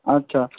আচ্ছা